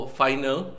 final